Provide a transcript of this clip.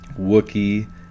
wookie